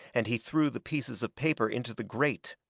and he threw the pieces of paper into the grate.